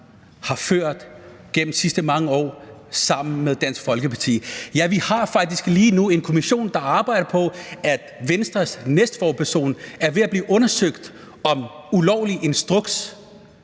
har ført gennem de sidste mange år sammen med Dansk Folkeparti. Ja, vi har faktisk lige nu en kommission, hvor Venstres næstforperson er ved at blive undersøgt i forhold til